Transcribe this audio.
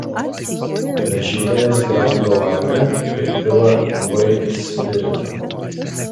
dažytojas gramdo langą ir pila vaitspiritą